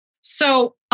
So-